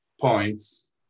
points